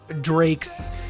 Drake's